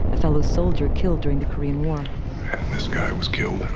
a fellow soldier killed during the korean war was killed well,